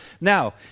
Now